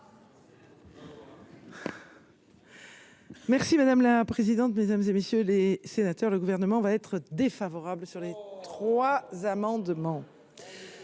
Merci madame la présidente, mesdames et messieurs les sénateurs, le gouvernement va être défavorable sur les trois amendements.